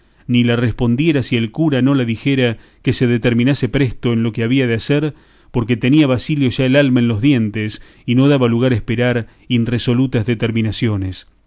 ni la respondiera si el cura no la dijera que se determinase presto en lo que había de hacer porque tenía basilio ya el alma en los dientes y no daba lugar a esperar inresolutas determinaciones